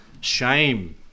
Shame